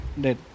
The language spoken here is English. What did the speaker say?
dead